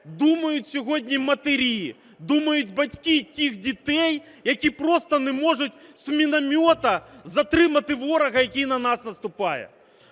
думають сьогодні матері, думають батьки тих дітей, які просто не можуть з міномета затримати ворога, який на нас наступає?